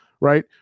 right